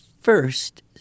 first